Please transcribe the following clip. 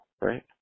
right